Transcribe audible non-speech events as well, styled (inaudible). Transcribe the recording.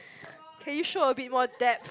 (breath) can you show a bit more depth